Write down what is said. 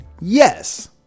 yes